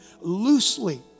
loosely